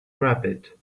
rabbit